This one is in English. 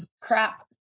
crap